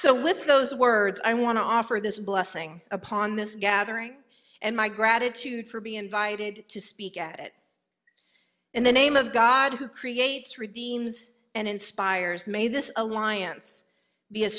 so with those words i want to offer this blessing upon this gathering and my gratitude for be invited to speak at it in the name of god who creates redeemed and inspires me this alliance be as